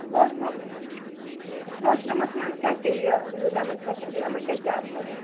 wash room ٹھیٖک واش روٗمَس مَنٛز کیٛاہ کیٛاہ یہِ میلہِ یِمَن فیسَلٹی یِمَن کیٛاہ کیٛاہ آسہِ تَتہِ